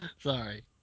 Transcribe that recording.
Sorry